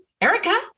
Erica